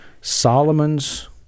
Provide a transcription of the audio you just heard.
Solomon's